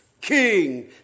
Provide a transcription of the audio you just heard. King